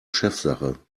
chefsache